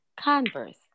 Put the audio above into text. converse